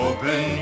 Open